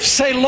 say